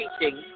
teaching